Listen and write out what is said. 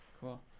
cool